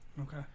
Okay